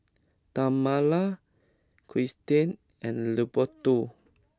Tamala Kirstie and Leopoldo